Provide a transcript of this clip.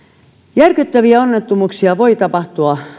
järkyttäviä onnettomuuksia voi tapahtua